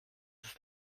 ist